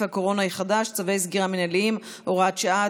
הקורונה החדש (צווי סגירה מינהליים) (הוראת שעה),